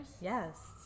Yes